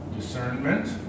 discernment